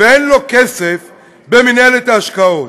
ואין לו כסף במינהלת ההשקעות.